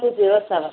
two zero seven